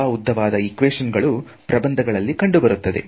ತುಂಬಾ ಉದ್ದವಾದ ಈಕ್ವೇಶನ್ ಗಳು ಪ್ರಬಂಧಗಳಲ್ಲಿ ಕಂಡುಬರುತ್ತದೆ